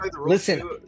listen